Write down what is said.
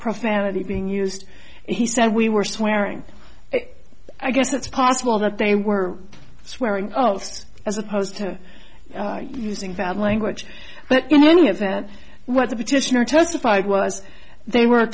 profanity being used he said we were swearing i guess it's possible that they were swearing as opposed to using bad language but you know any of that what the petitioner testified was they were